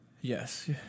Yes